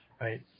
Right